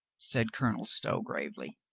said colonel stow gravely.